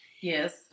yes